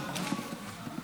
הצעת חוק החברות (תיקון מס' 37)